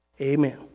Amen